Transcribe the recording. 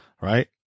right